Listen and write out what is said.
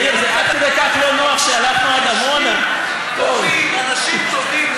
למה עזרת לפנות את עמונה מאנשים טובים?